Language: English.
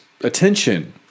attention